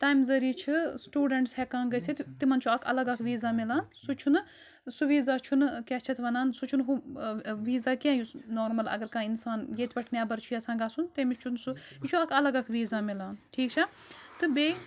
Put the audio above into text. تَمہِ ذٔریعہٕ چھِ سٹوٗڈَنٹٕس ہیٚکان گٔژھِتھ تِمَن چھُ اَکھ الگ اَکھ ویٖزا میلان سُہ چھُنہٕ سُہ ویٖزا چھُنہٕ کیٛاہ چھِ اَتھ وَنان سُہ چھُنہٕ ہُہ ٲں ویٖزا کیٚنٛہہ یُس نارمَل اگر کانٛہہ اِنسان ییٚتہِ پٮ۪ٹھ نیٚبَر چھُ یَژھان گژھُن تٔمِس چھُنہٕ سُہ یہِ چھُ اَکھ اَلَگ اَکھ ویٖزا میلان ٹھیٖک چھا تہٕ بیٚیہِ